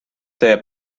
see